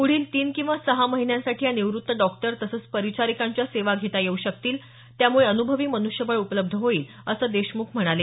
पुढील तीन किंवा सहा महिन्यांसाठी या निवृत्त डॉक्टर तसंच परिचारिकांच्या सेवा घेता येऊ शकतील त्यामुळे अनुभवी मन्ष्यबळ उपलब्ध होईल असं देशमुख म्हणाले